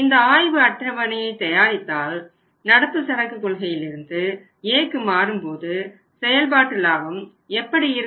இந்த ஆய்வு அட்டவணையை தயாரித்தால் நடப்பு சரக்கு கொள்கையிலிருந்து Aக்கு மாறும்போது செயல்பாட்டு லாபம் எப்படி இருக்கும்